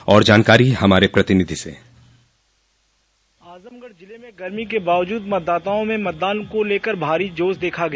और जानकारी हमारे प्रतिनिधि से आजमगढ़ जिले में गर्मी के बावजूद मतदाताओं में मतदान को लेकर भारी जोश देखा गया